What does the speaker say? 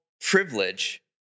privilege